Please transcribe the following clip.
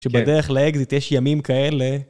שבדרך לאקזיט יש ימים כאלה.